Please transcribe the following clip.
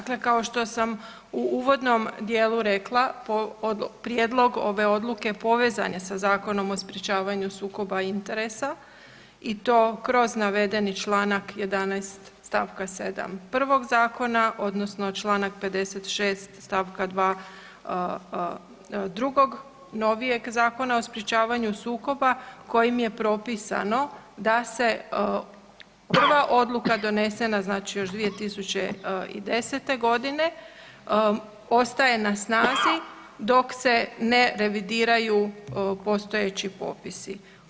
Dakle, kao što sam u uvodnom dijelu rekla, prijedlog ove odluke povezan je sa Zakonom o sprječavanju sukoba interesa i to kroz navedeni čl. 11. st. 7. prvog zakona odnosno čl. 56. st. 2. drugog novijeg Zakona o sprječavanju sukoba kojim je propisano da se prva odluka donesena, znači još 2010.g. ostaje na snazi dok se ne revidiraju postojeći popisi.